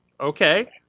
Okay